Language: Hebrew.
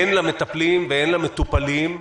הן למטפלים והן למטופלים,